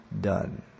done